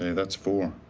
that's four.